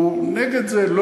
הוא נגד זה?